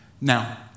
Now